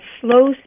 slow